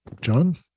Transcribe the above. John